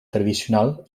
tradicional